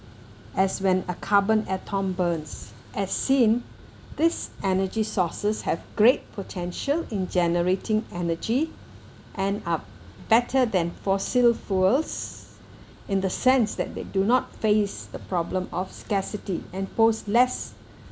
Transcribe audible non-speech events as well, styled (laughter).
as when a carbon atom burns as seen these energy sources have great potential in generating energy and are better than fossil fuels (breath) in the sense that they do not face the problem of scarcity and pose less